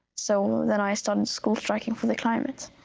so then i started school striking for the climate.